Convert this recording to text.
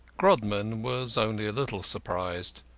grodman was only a little surprised.